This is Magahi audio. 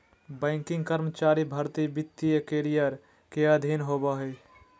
बैंकिंग कर्मचारी भर्ती वित्तीय करियर के अधीन आबो हय